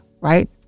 right